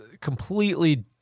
completely